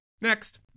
Next